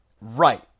Right